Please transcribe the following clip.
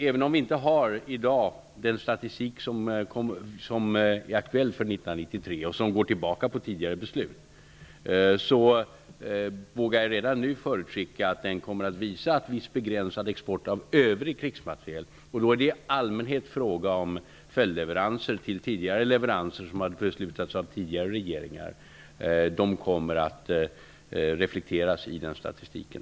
Även om vi i dag inte har den statistik som är aktuell för 1993 och som går tillbaka på tidigare beslut vågar jag redan nu förutskicka att den kommer att visa på en viss begränsad export av övrig krigsmateriel. Det är i allmänhet fråga om följdleveranser till tidigare leveranser som har beslutats av tidigare regeringar. De kommer att reflekteras i statistiken.